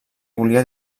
volia